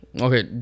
okay